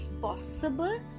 possible